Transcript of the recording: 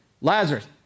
Lazarus